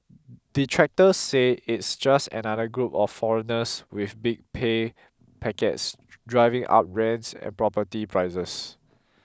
detractors say it's just another group of foreigners with big pay packets driving up rents and property prices